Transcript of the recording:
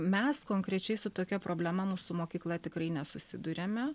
mes konkrečiai su tokia problema nu su mokykla tikrai nesusiduriame